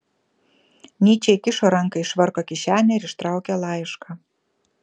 nyčė įkišo ranką į švarko kišenę ir ištraukė laišką